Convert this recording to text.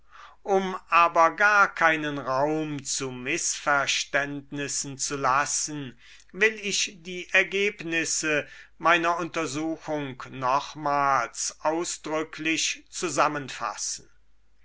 um aber gar keinen raum zu mißverständnissen zu lassen will ich die ergebnisse meiner untersuchung nochmals ausdrücklich zusammenfassen